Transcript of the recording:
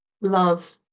love